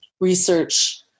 research